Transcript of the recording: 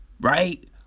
right